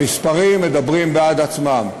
המספרים מדברים בעד עצמם: